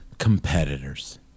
Competitors